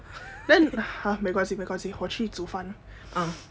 then !huh! 没关系没关系没关系我去煮饭